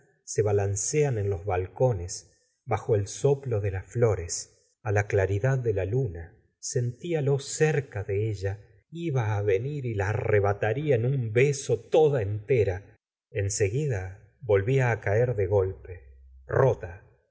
se balancean en los balcones bajo el soplo de las flores á la claridad de la luna sentialo cerca de ella iba á venir y la arrebataría en un beso toda entera en seguida volvía á caer de golpe rota